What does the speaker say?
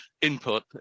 input